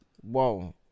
Whoa